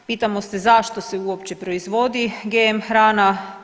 Pitamo se zašto se uopće proizvodi GM hrana.